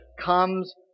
comes